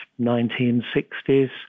1960s